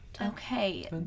Okay